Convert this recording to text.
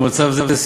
במצב זה,